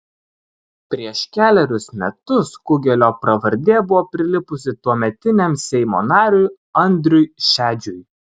prieš kelerius metus kugelio pravardė buvo prilipusi tuometiniam seimo nariui andriui šedžiui